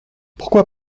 pourquoi